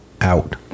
Out